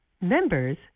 members